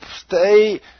stay